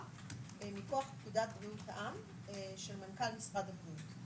מכוח פקודת בריאות העם של מנכ"ל משרד הבריאות.